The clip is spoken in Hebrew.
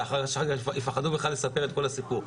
שאחר כך יפחדו לספר את כל הסיפור.